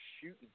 shooting